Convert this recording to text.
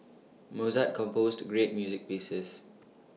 Mozart composed great music pieces